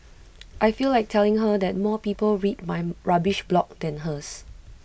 I feel like telling her that more people read my rubbish blog than hers